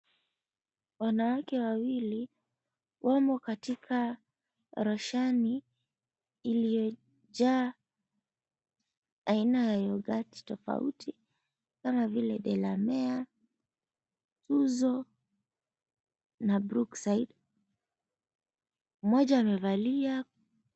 Wanawake wawili wamo katika rashani iliyojaa aina ya youghourt tofauti kama vile delamere, tuzo na brookside, mmoja amevalia.